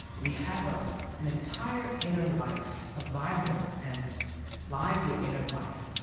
we have ah an entire inner life, a vibrant and lively inner life,